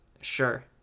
Sure